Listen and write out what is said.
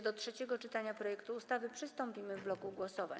Do trzeciego czytania projektu ustawy przystąpimy w bloku głosowań.